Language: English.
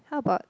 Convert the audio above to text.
how about